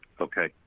Okay